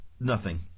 Nothing